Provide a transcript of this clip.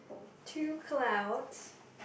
two clouds